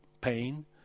pain